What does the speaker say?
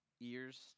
ears